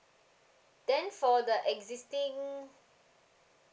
then for the existing